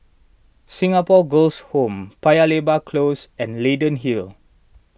Singapore Girls' Home Paya Lebar Close and Leyden Hill